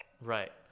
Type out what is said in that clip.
Right